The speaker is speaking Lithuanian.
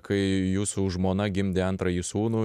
kai jūsų žmona gimdė antrąjį sūnų